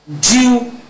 due